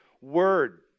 word